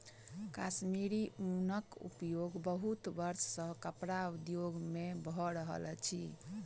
कश्मीरी ऊनक उपयोग बहुत वर्ष सॅ कपड़ा उद्योग में भ रहल अछि